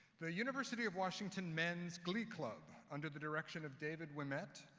the university of washington men's glee club, under the direction of david wimett,